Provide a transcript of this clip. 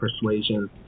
persuasion